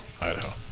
Idaho